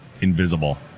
invisible